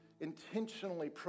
intentionally